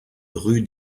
rue